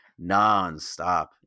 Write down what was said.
nonstop